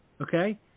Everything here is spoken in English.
Okay